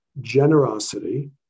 generosity